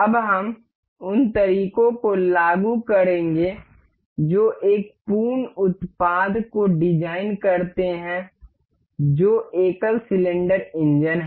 अब हम उन तरीकों को लागू करेंगे जो एक पूर्ण उत्पाद को डिजाइन करते हैं जो एकल सिलेंडर इंजन है